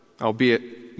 albeit